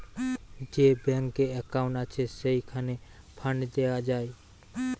যে ব্যাংকে একউন্ট আছে, সেইখানে ফান্ড দেওয়া যায়